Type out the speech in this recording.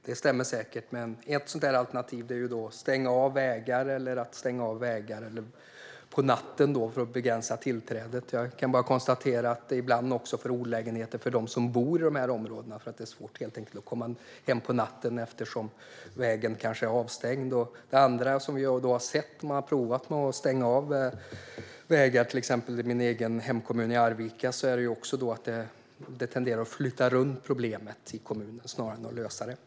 Det stämmer säkert, men ett alternativ är då att stänga av vägar på natten för att begränsa tillträdet. Jag kan bara konstatera att det ibland medför olägenheter för dem som bor i de här områdena. Det blir helt enkelt svårt att komma hem på natten eftersom vägen kanske är avstängd. Det andra vi har sett när man har provat att stänga av vägar i till exempel min hemkommun Arvika är att det tenderar att flytta runt problemet i kommunen snarare än att lösa det.